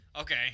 Okay